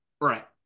right